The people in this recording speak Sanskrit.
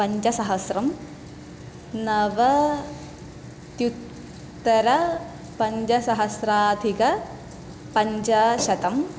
पञ्चसहस्रं नवत्युत्तरपञ्चसहस्राधिकपञ्चशतम्